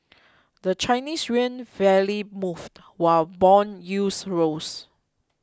the Chinese yuan barely moved while bond yields rose